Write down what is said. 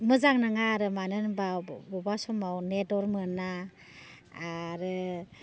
मोजां नङा आरो मानो होनबा बबावबा समाव नेटवार्क मोना आरो